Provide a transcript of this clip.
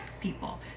people